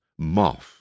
moff